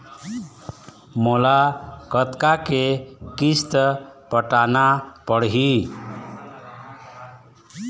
मोला कतका के किस्त पटाना पड़ही?